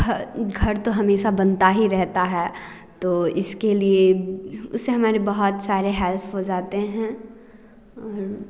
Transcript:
घर घर तो हमेशा बनता ही रहता है तो इसके लिए उसे हमारे बहुत सारे हेल्प हो जाते हैं